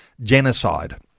genocide